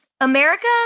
America